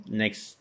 next